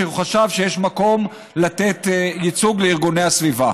כשהוא חשב שיש מקום לתת ייצוג לארגוני הסביבה.